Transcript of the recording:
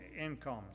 incomes